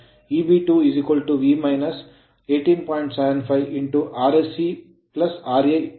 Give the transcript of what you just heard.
ಆದ್ದರಿಂದ ನಾವು Eb2 V 18